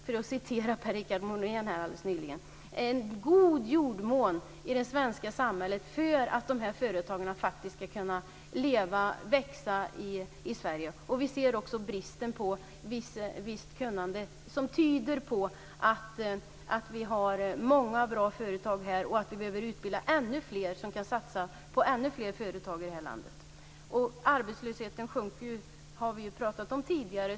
För att citera Per-Richard Molén har vi en väldigt god jordmån i det svenska samhället för att dessa företag ska kunna leva och växa i Sverige. Vi kan också se bristen på ett visst kunnande som tyder på att vi behöver utbilda ännu fler som kan satsa på ännu fler företag i det här landet. Vi har ju tidigare pratat om att arbetslösheten sjunker.